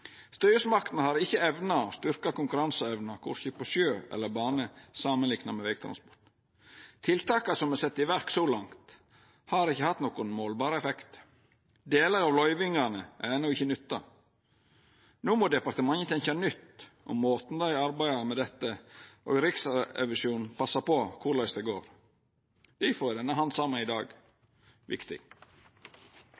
Styresmaktene har ikkje evna å styrkja konkurranseevna korkje på sjø eller bane samanlikna med vegtransport. Tiltaka som er sette i verk så langt, har ikkje hatt nokon målbar effekt. Delar av løyvingane er enno ikkje nytta. No må departementet tenkja nytt om måten dei arbeidar med dette på, og Riksrevisjonen må passa på korleis det går. Difor er denne handsaminga i dag